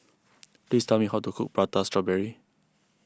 please tell me how to cook Prata Strawberry